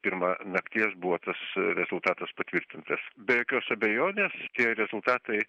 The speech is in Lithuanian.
pirma nakties buvo tas rezultatas patvirtintas be jokios abejonės tie rezultatai